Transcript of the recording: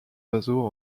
oiseaux